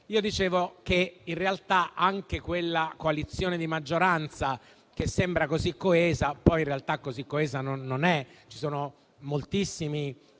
io dicevo che in realtà anche quella coalizione di maggioranza che sembra così coesa poi, in realtà, così coesa non è. Ci sono moltissimi